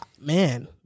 man